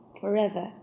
forever